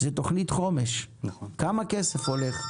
זאת תוכנית חומש, כמה כסף הולך?